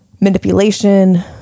manipulation